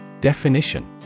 Definition